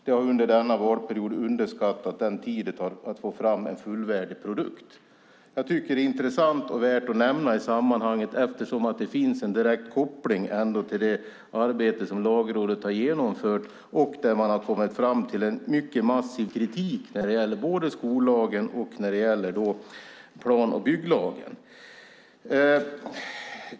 Man har under denna valperiod underskattat den tid det tar att få fram en fullvärdig produkt. Jag tycker att detta är intressant och värt att nämna i sammanhanget eftersom det ändå finns en direkt koppling till det arbete Lagrådet har genomfört där man har kommit fram till en mycket massiv kritik när det gäller både skollagen och plan och bygglagen.